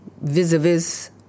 vis-a-vis